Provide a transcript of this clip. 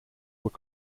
were